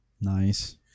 Nice